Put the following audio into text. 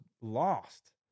lost